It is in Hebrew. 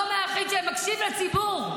המקום היחיד שמקשיב לציבור.